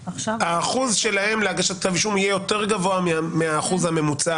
שהאחוז שלהם להגשת כתב אישום יהיה יותר גבוה מהאחוז הממוצע